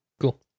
cool